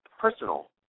personal